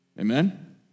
Amen